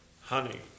honey